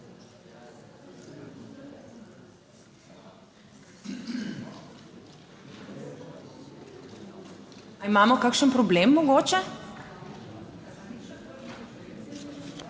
imamo kakšen problem mogoče?